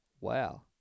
Wow